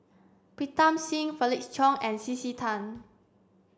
Pritam Singh Felix Cheong and C C Tan